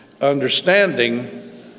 understanding